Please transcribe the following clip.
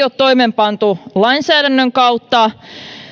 ole toimeenpantu lainsäädännön kautta ja